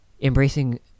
embracing